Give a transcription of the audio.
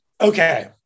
okay